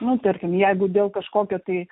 nu tarkim jeigu dėl kažkokio tai